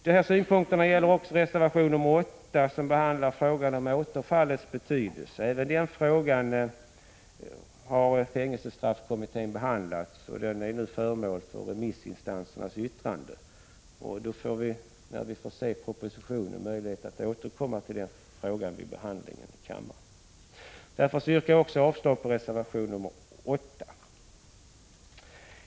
Dessa synpunkter gäller också reservation 8, som behandlar frågan om återfallens betydelse. Även den frågan har fängelsestraffkommittén behandlat, och den är nu föremål för remissinstansernas yttrande. Vi får möjlighet att återkomma till den frågan när propositionen blir föremål för behandling i kammaren. Därför yrkar jag också avslag på reservation 8.